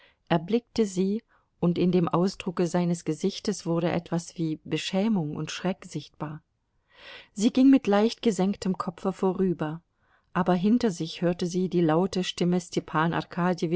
erblickte sie und in dem ausdrucke seines gesichtes wurde etwas wie beschämung und schreck sichtbar sie ging mit leicht gesenktem kopfe vorüber aber hinter sich hörte sie die laute stimme stepan